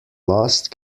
lost